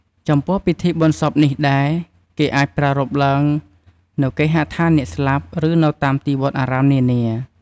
ចំពោះពិធីបុណ្យសពនេះដែរគេអាចប្រារព្ធឡើងនៅ គេហដ្ឋានអ្នកស្លាប់ ឬនៅតាមទីវត្តអារាមនានា។